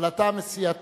אבל אתה מסיעתו,